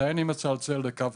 מתי אני מצלצל לקו